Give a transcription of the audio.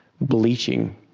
bleaching